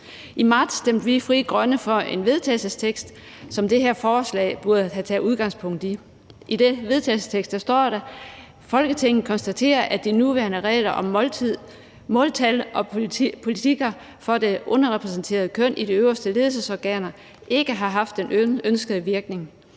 I marts stemte vi i Frie Grønne for en vedtagelsestekst, som det her forslag burde have taget udgangspunkt i. I den vedtagelsestekst står der: »Folketinget konstaterer, at de nuværende regler om måltal og politikker for det underrepræsenterede køn i de øverste ledelsesorganer ikke har haft den ønskede virkning.